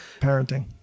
parenting